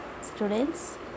students